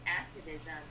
activism